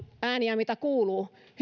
ääniä joita kuuluu